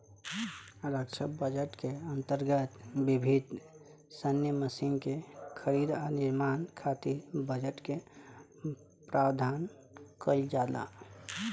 रक्षा budget के अंतर्गत विभिन्न सैन्य मशीन के खरीद आ निर्माण खातिर बजट के प्रावधान काईल जाला